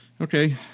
Okay